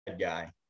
guy